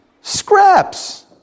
scraps